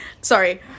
Sorry